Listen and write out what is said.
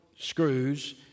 Screws